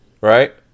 right